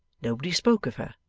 nobody spoke of her,